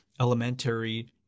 elementary